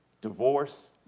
divorce